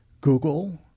Google